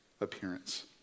appearance